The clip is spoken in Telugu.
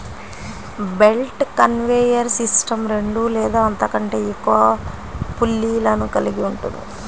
బెల్ట్ కన్వేయర్ సిస్టమ్ రెండు లేదా అంతకంటే ఎక్కువ పుల్లీలను కలిగి ఉంటుంది